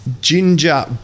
Ginger